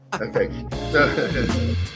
Okay